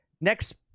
next